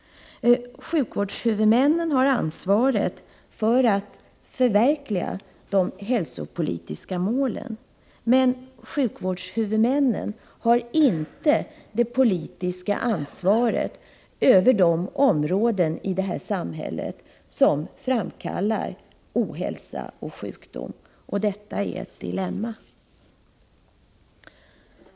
Sjukvårdshuvudmännen har ansvaret för att förverkliga de hälsopolitiska målen, men sjukvårdshuvudmännen har inte det politiska ansvaret för de områden i det här samhället som framkallar ohälsa och sjukdom. Detta är ett dilemma.